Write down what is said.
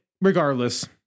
regardless